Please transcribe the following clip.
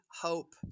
hope